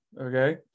okay